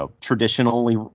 traditionally